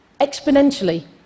exponentially